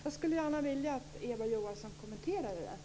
Jag skulle gärna vilja att Eva Johansson kommenterade detta.